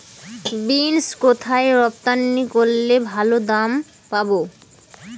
Beans কোথায় রপ্তানি করলে ভালো দাম পাব?